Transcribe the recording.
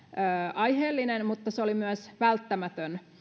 aiheellinen mutta se oli myös välttämätön